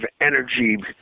energy